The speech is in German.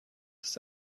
ist